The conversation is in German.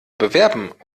bewerben